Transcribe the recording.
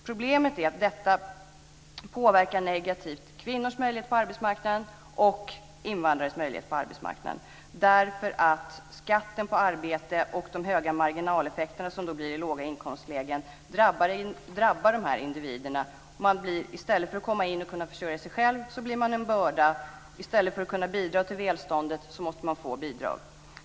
Problemet är att detta påverkar negativt kvinnors möjligheter på arbetsmarknaden och invandrares möjligheter på arbetsmarknaden. Skatten på arbete och de höga marginaleffekterna i låga inkomstlägen drabbar individerna. I stället för att försörja sig själv blir man en börda. I stället för att bidra till välståndet måste man få bidrag.